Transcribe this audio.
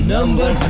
Number